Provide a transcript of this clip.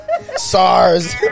SARS